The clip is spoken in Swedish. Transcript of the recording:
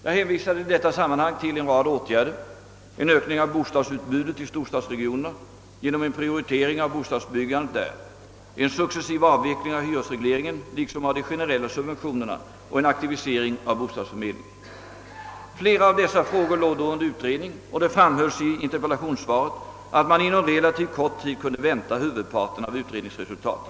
Jag hänvisade i detta sammanhang till en rad åtgärder: en ökning av utbudet i storstadsregionerna genom prioritering av bostadsbyggandet där, en successiv avveckling av hyresregleringen liksom av de generella subventionerna och en aktivisering av bostadsförmedlingen. Flera av dessa frågor låg då under utredning, och det framhölls i interpellationssvaret att man inom en relativt kort tid kunde förvänta huvudparten av utredningens resultat.